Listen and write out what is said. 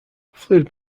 fluid